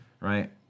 right